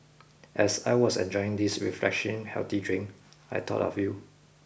as I was enjoying this refreshing healthy drink I thought of you